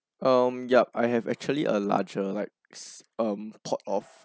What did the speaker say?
um yup I have actually a larger like it's um pot of